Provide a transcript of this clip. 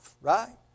right